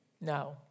No